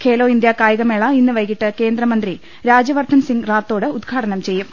Khelo India കായികമേള ഇന്ന് വൈകീട്ട് കേന്ദ്ര മന്ത്രി രാജ്യവർദ്ധൻ സിംഗ് റാത്തോഡ് ഉദ്ഘാടനം ചെയ്യും